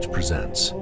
presents